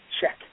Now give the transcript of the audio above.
check